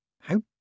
How